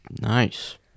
Nice